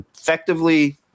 effectively